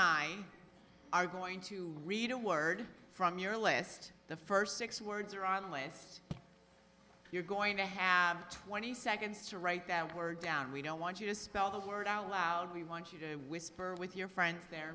i are going to read a word from your list the first six words are on the list you're going to have twenty seconds to write that we're down we don't want you to spell the word out loud we want you to whisper with your friends there